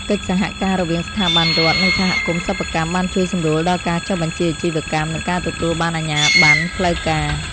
កិច្ចសហការរវាងស្ថាប័នរដ្ឋ និងសហគមន៍សិប្បកម្ម បានជួយសម្រួលដល់ការចុះបញ្ជីអាជីវកម្ម និងការទទួលបានអាជ្ញាបណ្ណផ្លូវការ។